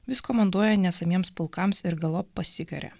vis komanduoja nesamiems pulkams ir galop pasikaria